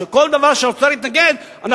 שכל דבר שהאוצר התנגד לו,